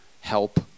help